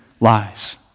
lies